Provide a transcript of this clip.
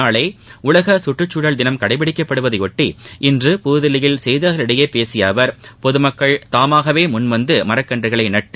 நாளை உலக கற்றுக்சூழல் தினம் கடைப்பிடிக்கப்படுவதையொட்டி இன்று புததில்லியில் செய்தியாளர்களிடம் பேசிய அவர் பொதுமக்கள் தாமாகவே முன்வந்து மரக்கள்றுகளை நட்டு